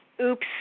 oops